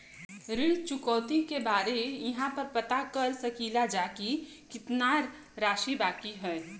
ऋण चुकौती के बारे इहाँ पर पता कर सकीला जा कि कितना राशि बाकी हैं?